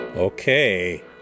Okay